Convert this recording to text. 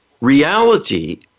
reality